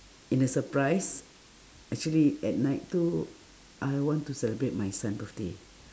in a surprise actually at night too I want to celebrate my son birthday